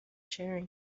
sharing